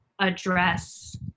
address